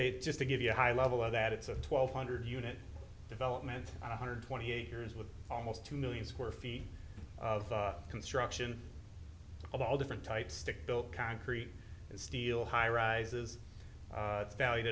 eight just to give you a high level of that it's a twelve hundred unit development one hundred twenty acres with almost two million square feet of construction of all different types stick built concrete and steel high rises valued